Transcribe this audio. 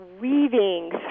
weaving